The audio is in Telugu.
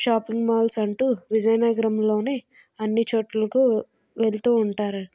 షాపింగ్ మాల్స్ అంటూ విజయనగరంలోనే అన్ని చోట్లకు వెళ్తూ ఉంటారు